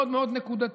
מאוד מאוד נקודתי,